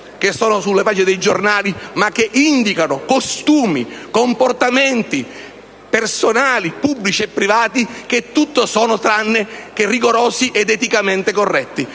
che sono sulle pagine dei giornali ma che indicano costumi e comportamenti - personali, pubblici e privati - che tutto sono tranne che rigorosi ed eticamente corretti.